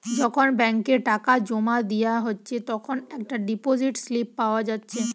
যখন ব্যাংকে টাকা জোমা দিয়া হচ্ছে তখন একটা ডিপোসিট স্লিপ পাওয়া যাচ্ছে